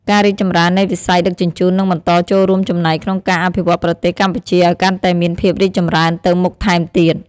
ការរីកចម្រើននៃវិស័យដឹកជញ្ជូននឹងបន្តចូលរួមចំណែកក្នុងការអភិវឌ្ឍប្រទេសកម្ពុជាឱ្យកាន់តែមានភាពរីកចម្រើនទៅមុខថែមទៀត។